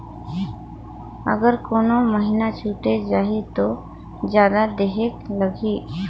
अगर कोनो महीना छुटे जाही तो जादा देहेक लगही?